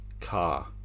car